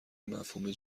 مفهومی